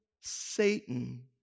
Satan